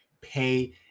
pay